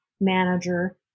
manager